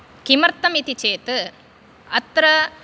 किमर्थम् इति चेत् अत्र